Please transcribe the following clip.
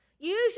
usually